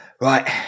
Right